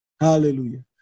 Hallelujah